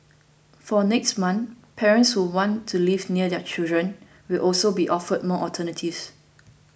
from next month parents who want to live near their children will also be offered more alternatives